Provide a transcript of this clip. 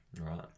Right